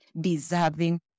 deserving